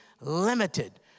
limited